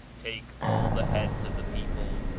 take all the heads of the people,